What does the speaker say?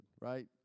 right